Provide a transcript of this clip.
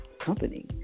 company